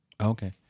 Okay